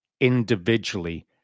individually